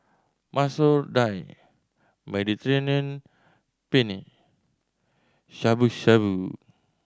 Masoor Dal Mediterranean Penne Shabu Shabu